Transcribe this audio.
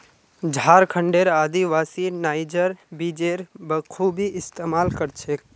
झारखंडेर आदिवासी नाइजर बीजेर बखूबी इस्तमाल कर छेक